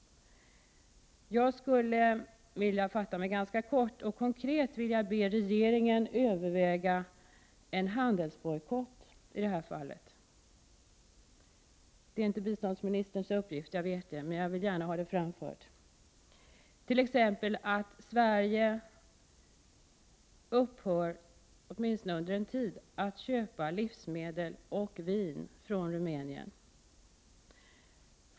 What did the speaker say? Jag skall fatta mig ganska kort. Konkret ber jag regeringen överväga en handelsbojkott i det här fallet. Jag vet att det inte är biståndsministerns uppgift, men jag vill gärna framföra detta. Det gäller t.ex. att Sverige upphör, åtminstone under en tid, med att köpa livsmedel och vin från Rumänien.